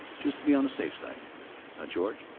just to be on the safe side. now george,